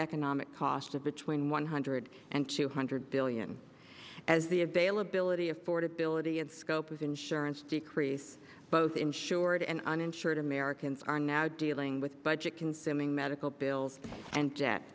economic cost of between one hundred and two hundred billion as the availability affordability and scope of insurance decrease both insured and uninsured americans are now dealing with budget consuming medical bills and